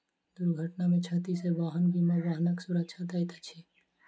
दुर्घटना में क्षति सॅ वाहन बीमा वाहनक सुरक्षा दैत अछि